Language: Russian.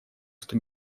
что